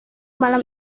malam